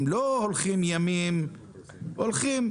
הם לא הולכים למספר ימים אלא הם הולכים,